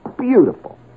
beautiful